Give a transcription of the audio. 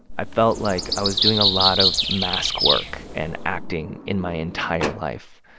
i felt like i was doing a lot of mask work and acting in my entire life.